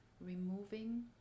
removing